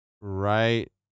right